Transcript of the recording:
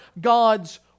God's